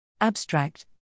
Abstract